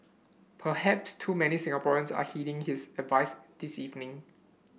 perhaps too many Singaporeans are heeding his advice this evening